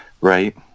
right